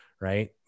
right